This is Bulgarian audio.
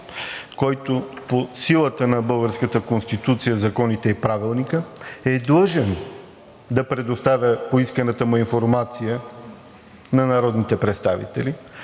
който по силата на българската Конституция, законите и Правилника е длъжен да предоставя поисканата му информация на народните представители,